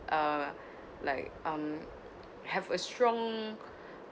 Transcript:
uh like um have a strong